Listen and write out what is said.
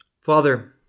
Father